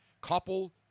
Couple